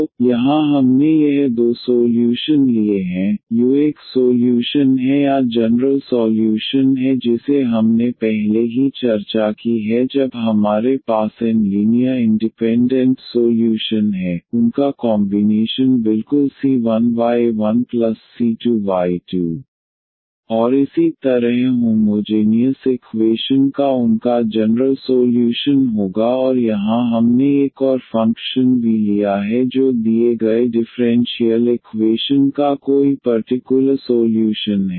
तो यहाँ हमने यह दो सोल्यूशन लिए हैं u एक सोल्यूशन है या जनरल सॉल्यूशन है जिसे हमने पहले ही चर्चा की है जब हमारे पास एन लीनियर इंडिपेंडेंट सोल्यूशन है उनका कॉमबीनेशन बिल्कुल c1y1c2y2 और इसी तरह होमोजेनियस इकवेशन का उनका जनरल सोल्यूशन होगा और यहां हमने एक और फ़ंक्शन v लिया है जो दिए गए डिफ़्रेंशियल इकवेशन का कोई पर्टिकुलर सोल्यूशन है